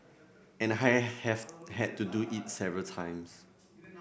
and I have had to do it several times